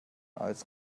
als